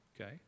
Okay